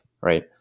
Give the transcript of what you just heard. right